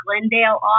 Glendale